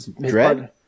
Dread